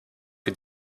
que